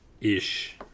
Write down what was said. Ish